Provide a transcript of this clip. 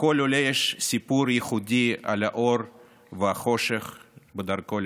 לכל עולה יש סיפור ייחודי על האור והחושך בדרכו לציון,